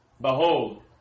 Behold